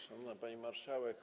Szanowna Pani Marszałek!